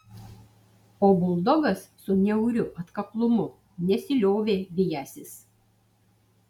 o buldogas su niauriu atkaklumu nesiliovė vijęsis